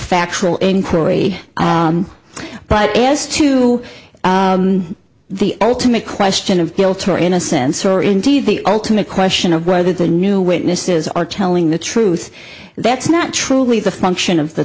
factual inquiry but as to the ultimate question of guilt or innocence or indeed the ultimate question of whether the new witnesses are telling the truth that's not truly the function of the